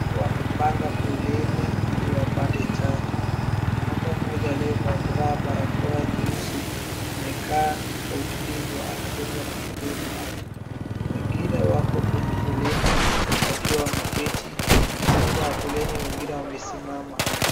Wamepanga foleni ili wapate chanjo. Mwanaume mmoja aliyevaa barakoa nyeusi amekaa kwa utulivu anadungwa na mhudumu wa afya. Wengine wako kwenye foleni wakiwa wameketi, nyuma ya foleni wengine wamesimama.